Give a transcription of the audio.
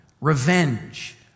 revenge